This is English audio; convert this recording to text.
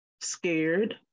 scared